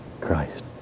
Christ